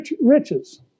riches